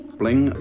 bling